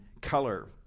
color